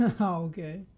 Okay